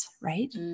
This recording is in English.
right